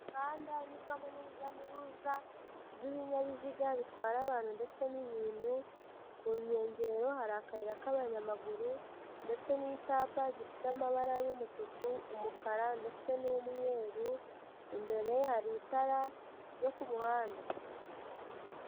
Umuhanda unyurwamo n'urujya n'uruza rw'ibinyabiziga bitwara abantu ndetse n'ibintu, ku nkengero hari akayira k'abanyamaguru ndetse n'icyapa gifite amabara y'umutuku, umukara ndetse n'umweru, imbere hari itara ryo ku muhanda.